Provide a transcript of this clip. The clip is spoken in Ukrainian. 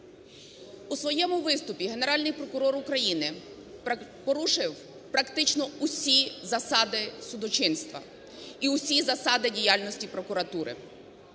У своєму виступі Генеральний прокурор України порушив практично усі засади судочинства і усі засади діяльності прокуратури.